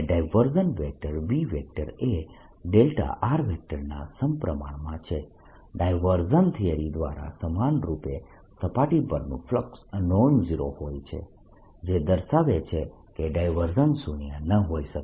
B એ δ ના સમપ્રમાણમાં છે ડાયવર્જન્સ થીયરમ દ્વારા સમાનરૂપે સપાટી પરનું ફ્લક્સ નોન ઝીરો હોય છે જે દર્શાવે છે કે ડાયવર્જન્સ શૂન્ય ન હોઈ શકે